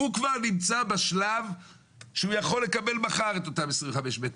הוא כבר נמצא בשלב שהוא יכול לקבל מחר את אותם 25 מטר.